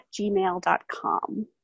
gmail.com